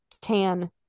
tan